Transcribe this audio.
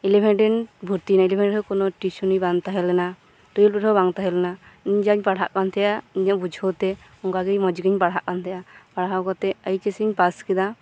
ᱤᱞᱮᱵᱷᱮᱱ ᱨᱮᱧ ᱵᱷᱚᱨᱛᱤᱭᱮᱱᱟ ᱤᱞᱮᱵᱷᱮᱱ ᱨᱮᱸᱦᱚ ᱠᱚᱱᱚ ᱴᱤᱣᱥᱩᱱᱤ ᱵᱟᱝ ᱛᱟᱸᱦᱮᱞᱮᱱᱟ ᱴᱩᱣᱮᱞ ᱨᱮᱸᱦᱚ ᱵᱟᱝ ᱛᱟᱸᱦᱮ ᱞᱮᱱᱟ ᱤᱧ ᱡᱟᱧ ᱯᱟᱲᱦᱟᱜ ᱠᱟᱱ ᱛᱟᱸᱦᱮᱜ ᱟ ᱤᱧᱟᱹᱜ ᱵᱩᱡᱷᱟᱹᱣ ᱛᱮ ᱚᱱᱠᱟᱜᱤ ᱢᱚᱪᱛᱮᱧ ᱯᱟᱲᱦᱟᱜ ᱠᱟᱱ ᱛᱟᱸᱦᱮᱫ ᱟ ᱯᱟᱲᱦᱟᱣ ᱠᱟᱛᱮᱫ ᱮᱭᱤᱪᱮᱥ ᱤᱧ ᱯᱟᱥ ᱠᱮᱫᱟ